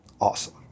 Awesome